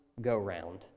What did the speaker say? go-round